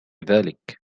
ذلك